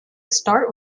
start